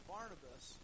Barnabas